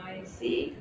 ah you see